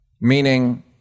meaning